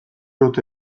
ote